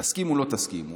תסכימו או לא תסכימו,